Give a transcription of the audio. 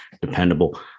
dependable